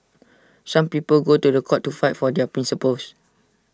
some people go to The Court to fight for their principles